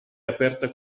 aperta